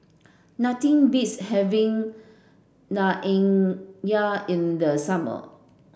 nothing beats having Naengmyeon in the summer